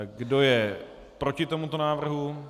Kdo je proti tomuto návrhu?